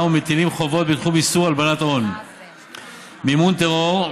ומטילים חובות בתחום איסור הלבנת הון ומימון טרור.